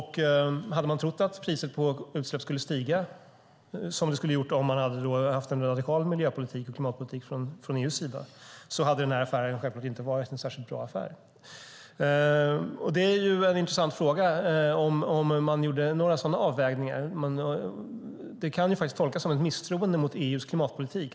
Hade man trott att priset på utsläpp skulle stiga så som det skulle ha gjort om EU haft en radikal miljö och klimatpolitik hade det givetvis inte varit någon bra affär. Gjorde regeringen några sådana avvägningar? Att man gjorde affären kan tolkas som ett misstroende mot EU:s klimatpolitik.